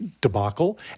debacle